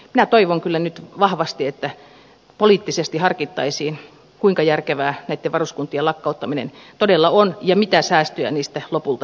minä toivon kyllä nyt vahvasti että poliittisesti harkittaisiin kuinka järkevää näitten varuskuntien lakkauttaminen todella on ja mitä säästöjä niistä lopulta sitten syntyy